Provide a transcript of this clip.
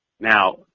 Now